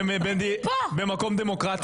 במקום דמוקרטי.